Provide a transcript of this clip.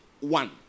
one